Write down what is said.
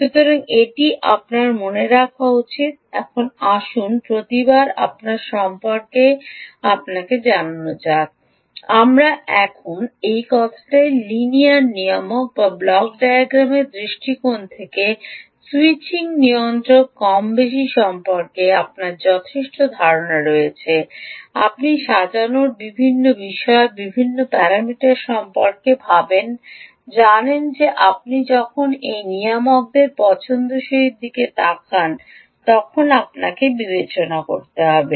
সুতরাং এটি আপনার মনে রাখুন এখন আসুন প্রতিবার আপনার সম্পর্কে আপনাকে জানানো যাক আমরা এখনই কথা বলি লিনিয়ার নিয়ামক এবং ব্লক ডায়াগ্রামের দৃষ্টিকোণ থেকে স্যুইচিং নিয়ন্ত্রক কম বেশি সম্পর্কে আপনার যথেষ্ট ধারণা রয়েছে আপনি সাজানোর বিভিন্ন বিষয় বিভিন্ন প্যারামিটার সম্পর্কে ভাবেন জানেন যে আপনি যখন এই নিয়ামকদের পছন্দসই দিকে তাকান তখন আপনাকে বিবেচনা করতে হবে